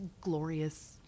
glorious